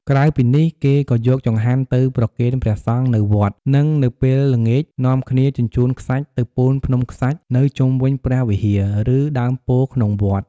ក្រៅពីនេះ គេក៏យកចង្ហាន់ទៅប្រគេនព្រះសង្ឃនៅវត្ត និងនៅពេលល្ងាចនាំគ្នាជញ្ជូនខ្សាច់ទៅ ពូនភ្នំខ្សាច់ នៅជុំវិញព្រះវិហារ ឬ ដើមពោធិ៍ក្នុងវត្ត។